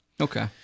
Okay